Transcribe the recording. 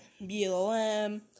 BLM